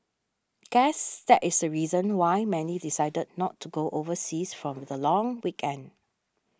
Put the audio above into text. guess that is the reason why many decided not to go overseas for the long weekend